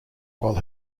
while